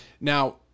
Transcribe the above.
Now